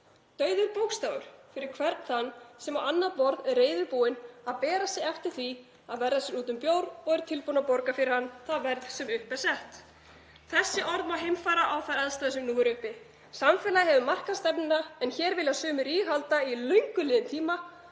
dauður bókstafur fyrir hvern þann sem á annað borð er reiðubúinn að bera sig eftir því að verða sér úti um bjór og er tilbúinn að borga fyrir hann það verð sem upp er sett.“ Þessi orð má heimfæra á þær aðstæður sem nú eru uppi. Samfélagið hefur markað stefnuna en hér vilja sumir ríghalda í löngu liðinn tíma